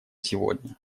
сегодня